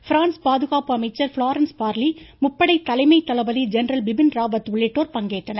France பாதுகாப்பு அமைச்சர் Florence Parly முப்படை தலைமை தளபதி ஜென்ரல் பிபின் ராவத் உள்ளிட்டோர் பங்கேற்றனர்